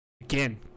Again